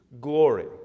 glory